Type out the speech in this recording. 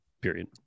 Period